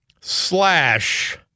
slash